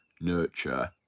nurture